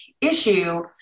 issue